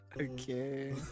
okay